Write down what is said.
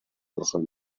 persona